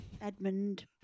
Edmund